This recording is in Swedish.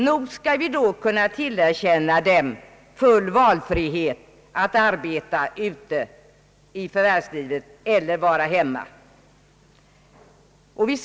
Nog skall vi då kunna tillerkänna dessa kvinnor full valfrihet att förvärvsarbeta eller vara hemma.